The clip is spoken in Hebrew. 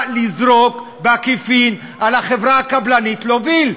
לזרוק בעקיפין על החברה הקבלנית להוביל.